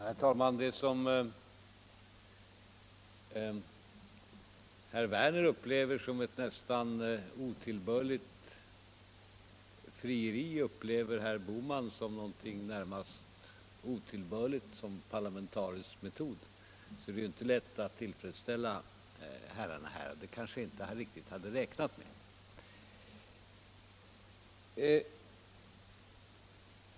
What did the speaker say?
Herr talman! Det som herr Werner i Tyresö upplever som ett nästan otillbörligt frieri upplever herr Bohman som någonting närmast otillbörligt som parlamentarisk metod. Det är inte lätt att tillfredsställa herrarna, men det hade jag kanske inte heller riktigt räknat med.